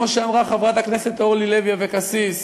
כמו שאמרה חברת הכנסת אורלי לוי אבקסיס,